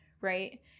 right